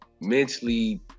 mentally